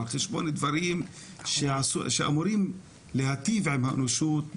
על חשבון דברים שאמורים להיטיב עם האנושות,